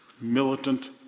Militant